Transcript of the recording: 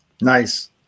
Nice